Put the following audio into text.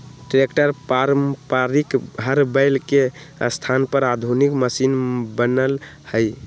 tractor पारम्परिक हर बैल के स्थान पर आधुनिक मशिन बनल हई